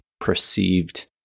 perceived